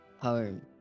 home